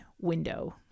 window